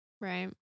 Right